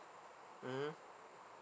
mmhmm